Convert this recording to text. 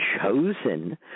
chosen